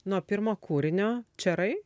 nuo pirmo kūrinio čiarai